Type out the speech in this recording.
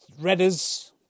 Redders